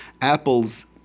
apples